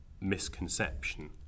misconception